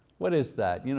what is that? you know